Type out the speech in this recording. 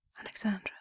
Alexandra